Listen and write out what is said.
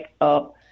up